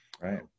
Right